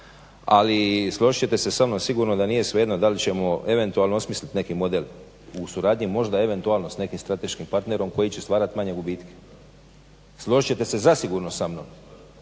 ali složit ćete se sa mnom sigurno da nije svejedno da li ćemo eventualno osmislit neki model u suradnji možda eventualno sa nekim strateškim partnerom koji će stvarat manje gubitke. Složit ćete se zasigurno sa mnom